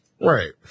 Right